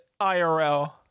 IRL